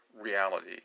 reality